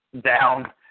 down